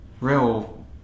real